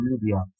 media